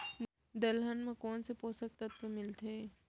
दलहन म कोन से पोसक तत्व मिलथे?